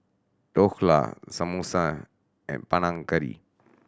Dhokla Samosa and Panang Curry